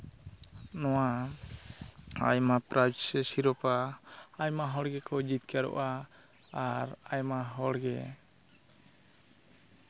ᱱᱚᱣᱟ ᱟᱭᱢᱟ ᱯᱨᱟᱭᱤᱡᱽ ᱥᱮ ᱥᱤᱨᱳᱯᱟ ᱟᱭᱢᱟ ᱦᱚᱲ ᱜᱮᱠᱚ ᱡᱤᱛᱠᱟᱹᱨᱚᱜᱼᱟ ᱟᱨ ᱟᱭᱢᱟ ᱦᱚᱲᱜᱮ